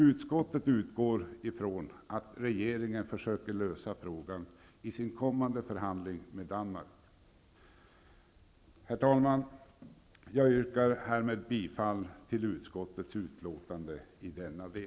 Utskottet utgår från att regeringen försöker lösa frågan i sin kommande förhandling med Danmark. Fru talman! Jag yrkar härmed bifall till utskottets hemställan i denna del.